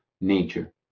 nature